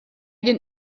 den